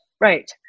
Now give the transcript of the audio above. Right